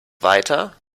weiter